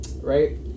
right